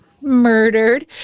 Murdered